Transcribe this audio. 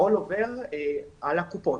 העול עובר אל הקופות,